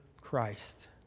Christ